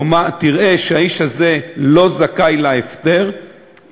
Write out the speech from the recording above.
תראה שהאיש הזה לא זכאי להפטר,